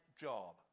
job